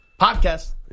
Podcast